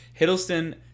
Hiddleston